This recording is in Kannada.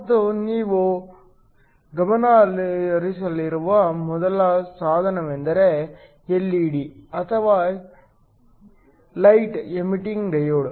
ಮತ್ತು ನೀವು ಗಮನಹರಿಸಲಿರುವ ಮೊದಲ ಸಾಧನವೆಂದರೆ ಎಲ್ಇಡಿ ಅಥವಾ ಲೈಟ್ ಎಮಿಟಿಂಗ್ ಡಯೋಡ್